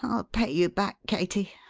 i'll pay you back, katie.